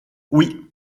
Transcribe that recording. oui